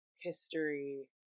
history